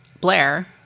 Blair